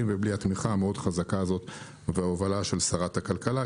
ובלי התמיכה החזקה הזאת וההובלה של שרת הכלכלה,